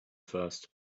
first